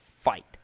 fight